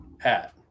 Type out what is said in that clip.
hat